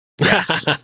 Yes